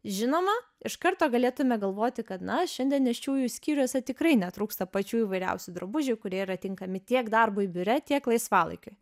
žinoma iš karto galėtume galvoti kad na šiandien nėščiųjų skyriuose tikrai netrūksta pačių įvairiausių drabužių kurie yra tinkami tiek darbui biure tiek laisvalaikiui